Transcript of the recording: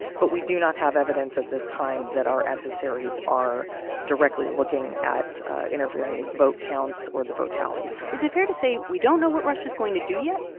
but we do not have evidence at this time that our adversaries are directly looking at interfering with vote counts or the vote tallies is it fair to say we don't know what russia's going to do yet?